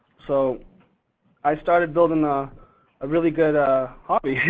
so i started building a really good ah hobby,